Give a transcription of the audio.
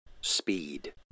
speed